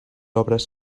obres